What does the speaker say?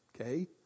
okay